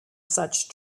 such